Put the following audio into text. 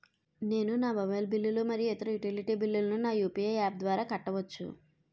నేను నా మొబైల్ బిల్లులు మరియు ఇతర యుటిలిటీ బిల్లులను నా యు.పి.ఐ యాప్ ద్వారా కట్టవచ్చు